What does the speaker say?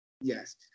Yes